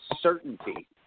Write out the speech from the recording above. certainty